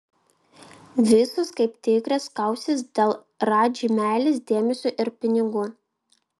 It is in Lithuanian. visos kaip tigrės kausis dėl radži meilės dėmesio ir pinigų